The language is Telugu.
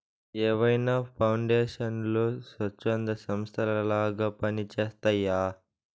ఏవైనా పౌండేషన్లు స్వచ్ఛంద సంస్థలలాగా పని చేస్తయ్యి